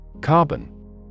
Carbon